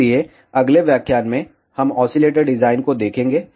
इसलिए अगले व्याख्यान में हम ऑसीलेटर डिजाइन को देखेंगे